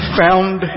found